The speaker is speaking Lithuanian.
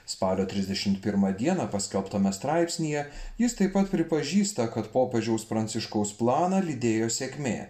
spalio trisdešimt pirmą dieną paskelbtame straipsnyje jis taip pat pripažįsta kad popiežiaus pranciškaus planą lydėjo sėkmė